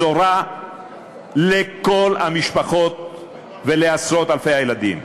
בשורה לכל המשפחות ולעשרות-אלפי הילדים.